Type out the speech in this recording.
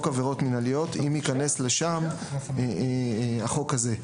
עבירות מינהליות אם ייכנס לשם החוק הזה.